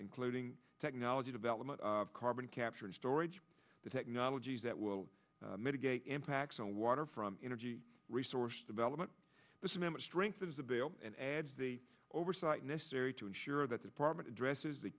including technology development of carbon capture and storage the technologies that will mitigate impacts on water from energy resource development this image strengthens the bill and adds the oversight necessary to ensure that the department addresses the